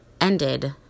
ended